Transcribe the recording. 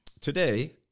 today